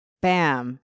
Bam